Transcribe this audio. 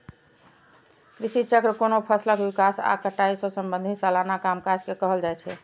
कृषि चक्र कोनो फसलक विकास आ कटाई सं संबंधित सलाना कामकाज के कहल जाइ छै